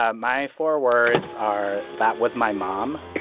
ah my four words are that was my mom